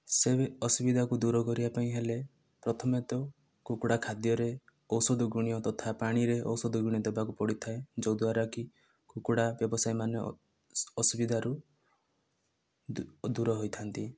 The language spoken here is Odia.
ସେ ଅସୁବିଧାକୁ ଦୂର କରିବା ପାଇଁ ହେଲେ ପ୍ରଥମେ ତ କୁକୁଡ଼ା ଖାଦ୍ୟରେ ଔଷଧ ଗୁଣୀୟ ତଥା ପାଣିରେ ଔଷଧ ଗୁଣୀୟ ଦେବାକୁ ପଡିଥାଏ ଯୋଉଦ୍ୱାରା କି କୁକୁଡ଼ା ବ୍ୟବସାୟୀ ମାନେ ଅସୁବିଧାରୁ ଦୁର ହୋଇଥାନ୍ତି